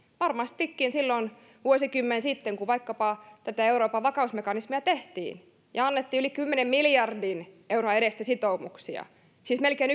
varmastikin silloin vuosikymmen sitten kun vaikkapa tätä euroopan vakausmekanismia tehtiin ja annettiin yli kymmenen miljardin euron edestä sitoumuksia siis melkein